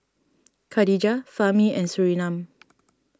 Khadija Fahmi and Surinam